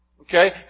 Okay